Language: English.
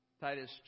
Titus